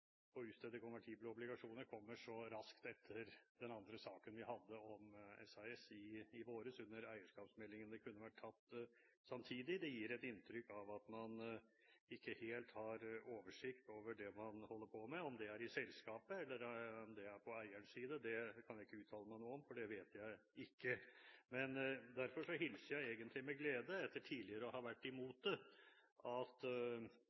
konvertible obligasjoner kommer så raskt etter den andre saken vi hadde om SAS i våres under eierskapsmeldingen. Dette kunne vært tatt samtidig. Det gir et inntrykk av at man ikke helt har oversikt over det man holder på med. Om det er i selskapet eller på eiersiden, kan jeg ikke uttale meg noe om, for det vet jeg ikke. Derfor hilser jeg egentlig med glede – etter tidligere å ha vært mot det – at